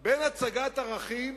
מאוד בין הצגת ערכים